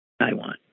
Taiwan